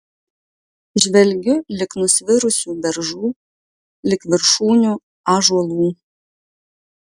žvelgiu lig nusvirusių beržų lig viršūnių ąžuolų